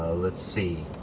let's see,